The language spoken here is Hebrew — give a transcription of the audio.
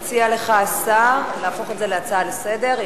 הציע לך השר להפוך את זה להצעה לסדר-היום.